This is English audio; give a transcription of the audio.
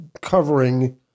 covering